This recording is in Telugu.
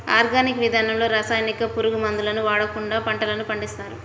ఆర్గానిక్ విధానంలో రసాయనిక, పురుగు మందులను వాడకుండా పంటలను పండిస్తారు